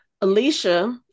Alicia